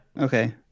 Okay